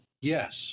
yes